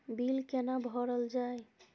Bill कैना भरल जाय?